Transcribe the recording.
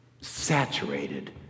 saturated